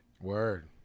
Word